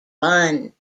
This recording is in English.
one